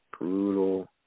brutal